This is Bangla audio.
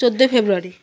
চোদ্দোই ফেব্রুয়ারি